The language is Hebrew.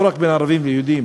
לא רק בין ערבים ויהודים,